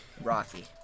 Rocky